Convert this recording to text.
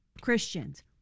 Christians